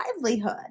livelihood